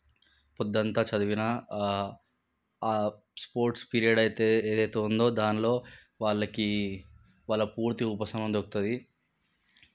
పొద్దంతా చదివిన sports period అయితే ఏదైతే ఉందో దానిలో వాళ్ళకి వాళ్ళ పూర్తి ఉపశమనం దొరుకుతుంది